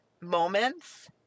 moments